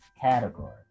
category